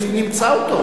נמצא אותו.